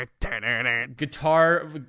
guitar